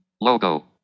logo